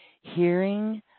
hearing